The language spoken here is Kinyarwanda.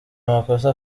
amakosa